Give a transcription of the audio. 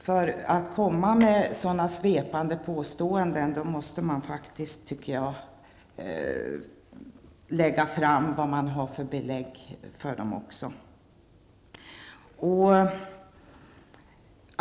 När man kommer med sådana svepande påståenden, måste man framför, vad man har för belägg för dem.